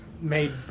made